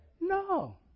No